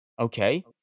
Okay